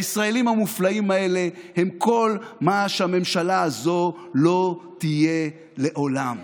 הישראלים המופלאים האלה הם כל מה שהממשלה הזאת לא תהיה לעולם.